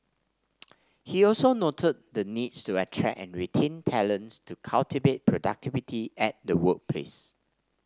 he also noted the need to attract and retain talent to cultivate productivity at the workplace